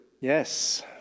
Yes